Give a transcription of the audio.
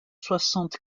soixante